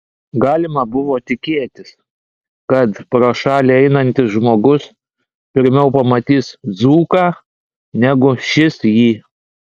galima buvo tikėtis kad pro šalį einantis žmogus pirmiau pamatys dzūką negu šis jį